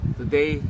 today